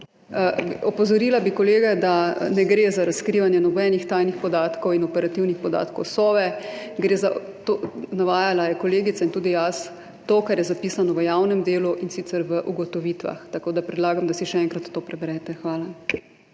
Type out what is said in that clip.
Opozorila bi kolega, da ne gre za razkrivanje nobenih tajnih podatkov in operativnih podatkov Sove. Kolegica in tudi jaz sva navajali to, kar je zapisano v javnem delu, in sicer v ugotovitvah, tako da predlagam, da si še enkrat to preberete. Hvala.